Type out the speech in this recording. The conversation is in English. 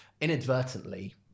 inadvertently